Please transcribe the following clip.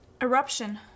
Eruption